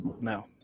No